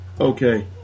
Okay